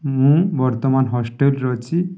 ମୁଁ ବର୍ତ୍ତମାନ ହଷ୍ଟେଲରେ ଅଛି